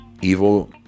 evil